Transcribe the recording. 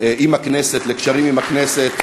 לקשרים עם הכנסת.